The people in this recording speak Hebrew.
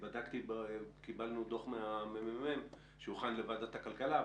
קיבלנו דוח של ה-ממ"מ שהוכן לוועדת הכלכלה,